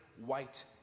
white